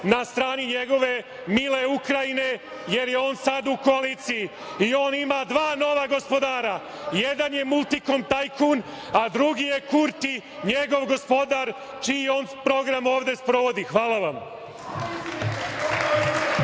na strani njegove mile Ukrajine, jer je on sada u koaliciji i on ima dva nova gospodara. Jedan je „Multikom tajkun“, a drugi je Kurti, njegov gospodar čiji on program ovde sprovodi. Hvala vam.